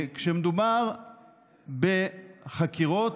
כשמדובר בחקירות,